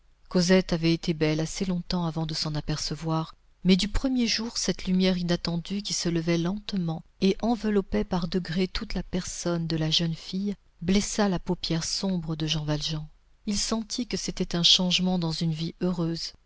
cosette avait été belle assez longtemps avant de s'en apercevoir mais du premier jour cette lumière inattendue qui se levait lentement et enveloppait par degrés toute la personne de la jeune fille blessa la paupière sombre de jean valjean il sentit que c'était un changement dans une vie heureuse